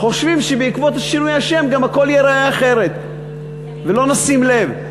וחושבים שבעקבות שינוי השם הכול גם ייראה אחרת ולא נשים לב.